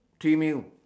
three meal